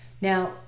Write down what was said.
Now